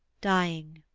dying.